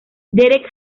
derek